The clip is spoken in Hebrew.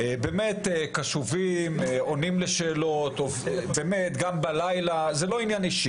אני קטונתי, באמת לא יודע, אין לי מושג.